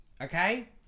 okay